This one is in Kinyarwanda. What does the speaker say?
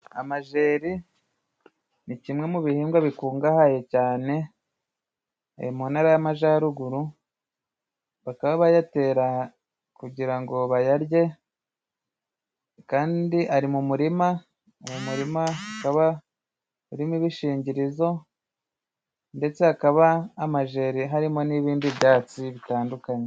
Amajyeri ni kimwe mu bihingwa bikungahaye cyane mu ntara y'Amajyaruguru, bakaba bayatera kugira ngo bayarye, kandi ari mu murima, mu murima hakaba harimo ibishingirizo ndetse hakaba amajeri harimo n'ibindi byatsi bitandukanye.